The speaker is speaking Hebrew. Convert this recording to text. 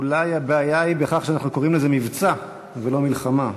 אולי הבעיה היא בכך שאנחנו קוראים לזה מבצע ולא מלחמה.